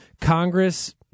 Congress